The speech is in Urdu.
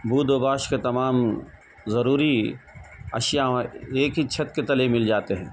بود و باش کے تمام ضروری اشیاء ہمارے ایک ہی چھت کے تلے مل جاتے ہیں